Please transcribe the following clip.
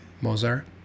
Mozart